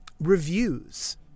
reviews